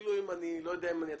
אפילו אם אני לא אצליח,